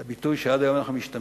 זה ביטוי שעד היום אנחנו משתמשים,